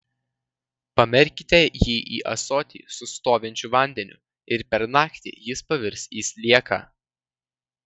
pamerkite jį į ąsotį su stovinčiu vandeniu ir per naktį jis pavirs į slieką